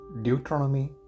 Deuteronomy